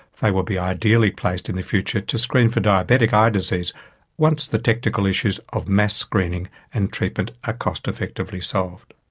they will be ideally placed in the future to screen for diabetic eye disease once the technical issues of mass screening and treatment are cost effectively solved.